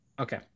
Okay